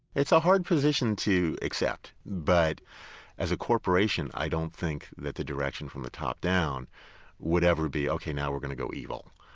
it's a hard position to accept, but as a corporation i don't think that the direction from the top-down would ever be ok, now we're going to go evil.